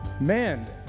Man